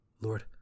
Lord